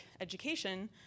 education